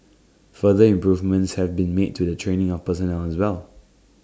further improvements have been made to the training of personnel as well